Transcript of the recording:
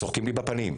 צוחקים לי בפנים,